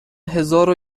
هزارو